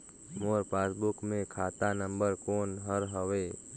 मोर passbook मे खाता number कोन हर हवे?